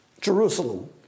Jerusalem